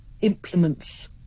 implements